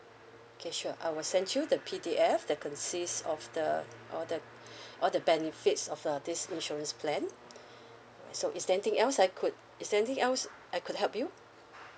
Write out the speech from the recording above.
okay sure I will send you the P_D_F that consists of the all the all the benefits of uh this insurance plan so is there anything else I could is there anything else I could help you